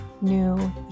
new